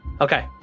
Okay